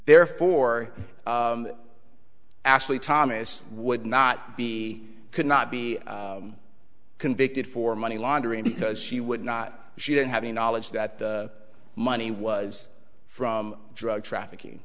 therefore ashley thomas would not be could not be convicted for money laundering because she would not she didn't have the knowledge that the money was from drug trafficking